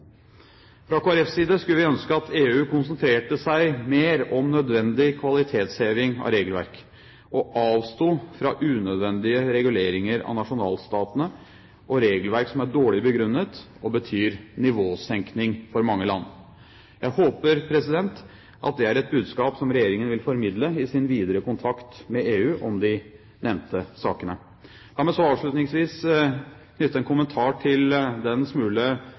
Fra Kristelig Folkepartis side skulle vi ønske at EU konsentrerte seg mer om nødvendig kvalitetsheving av regelverk, og avsto fra unødvendige reguleringer av nasjonalstatene og regelverk som er dårlig begrunnet, og som betyr nivåsenkning for mange land. Jeg håper at det er et budskap Regjeringen vil formidle i sin videre kontakt med EU om de nevnte sakene. La meg så avslutningsvis knytte en kommentar til den smule